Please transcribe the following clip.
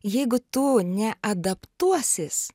jeigu tu neadaptuosis